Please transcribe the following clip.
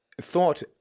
thought